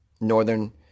northern